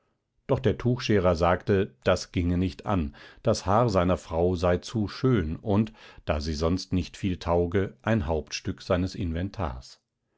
doch der tuchscherer sagte das ginge nicht an das haar seiner frau sei zu schön und da sie sonst nicht viel tauge ein hauptstück seines inventars